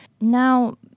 Now